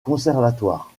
conservatoire